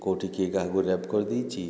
କେଉଁଠି କିଏ କାହାକୁ ରେଫ୍ କରି ଦେଇଛି